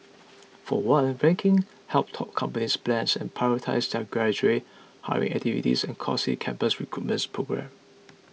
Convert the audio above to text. for one rankings help top companies plan and prioritise their graduate hiring activities and costly campus recruitment programmes